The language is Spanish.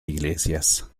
iglesias